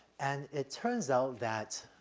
and it turns out that,